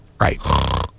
Right